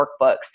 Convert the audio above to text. workbooks